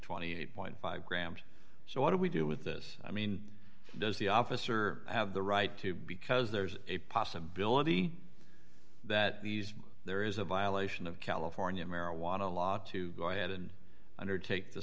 twenty eight point five grams so what do we do with this i mean does the officer have the right to because there's a possibility that these there is a violation of california marijuana law to go ahead and undertake the